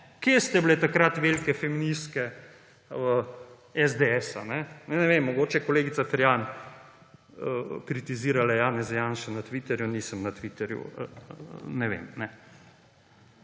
kje ste bile pa takrat velike feministke SDS? Ne vem, mogoče je kolegica Ferjan kritizirala Janeza Janšo na Twitterju. Nisem na Twitterju, ne vem.